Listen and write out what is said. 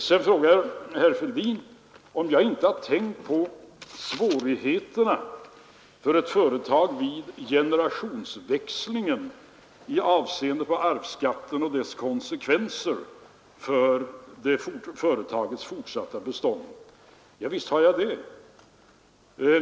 Herr Fälldin frågade om jag inte har tänkt på svårigheterna för ett företag vid generationsväxling i avseende på arvsskatten och dess konsekvenser för företagets fortsatta bestånd. Jo, visst har jag det.